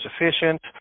efficient